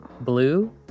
blue